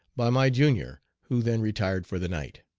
by my junior, who then retired for the night.